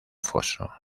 foso